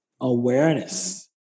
awareness